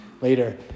later